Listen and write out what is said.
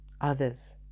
others